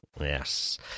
Yes